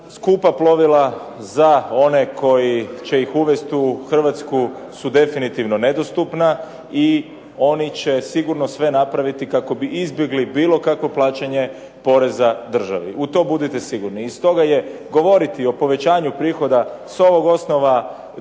Skupa plovila za one koji će ih uvesti u Hrvatsku su definitivno nedostupna i oni će sigurno sve napraviti kako bi izbjegli bilo kakvo plaćanje poreza državi. U to budite sigurni. I stoga je govoriti o povećanju prihoda s ovog osnova bacanje